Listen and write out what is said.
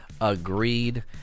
agreed